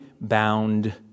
bound